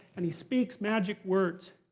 and he speaks magic words.